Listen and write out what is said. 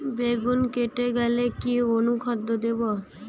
বেগুন ফেটে গেলে কি অনুখাদ্য দেবো?